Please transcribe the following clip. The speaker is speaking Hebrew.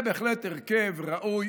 זה בהחלט הרכב ראוי